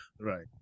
Right